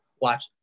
watch